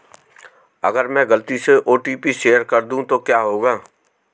अगर मैं गलती से ओ.टी.पी शेयर कर दूं तो क्या होगा?